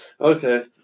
Okay